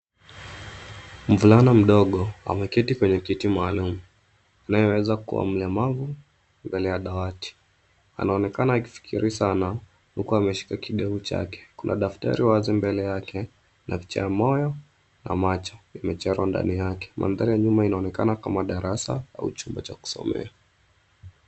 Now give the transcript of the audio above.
Mvulana mdogo ameketi kwenye kiti maalum, anayeweza kuwa mlemavu, mbele ya dawati. Anaonekana akifikiri sana huku ameshika kidevu chake. Kuna daftari wazi mbele yake na picha ya moyo na macho imechorwa ndani yake. Mandhari ya nyuma inaonekana kama darasa au chumba cha kusomea.